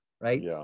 right